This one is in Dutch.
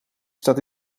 staat